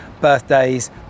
birthdays